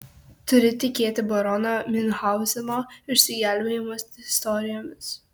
turi tikėti barono miunchauzeno išsigelbėjimo istorijomis